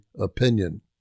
Opinion